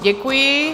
Děkuji.